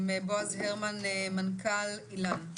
בועז הרמן, מנכ"ל איל"ן.